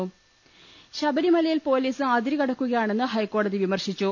ട ശബരിമലയിൽ പൊലീസ് അതിരുകടക്കുകയാണെന്ന് ഹൈക്കോടതി വിമർശിച്ചു